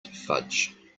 fudge